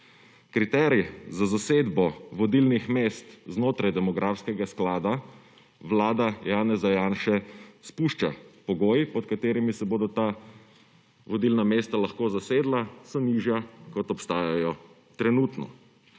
Kriterij za zasedbo vodilnih mest znotraj demografskega sklada Vlada Janeza Janše spušča pogoje pod katerimi se bodo ta vodilna mesta lahko zasedla, so nižja kot obstajajo trenutno.